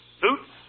suits